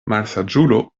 malsaĝulo